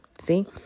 See